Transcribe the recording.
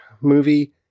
movie